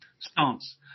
stance